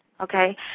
Okay